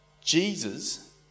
Jesus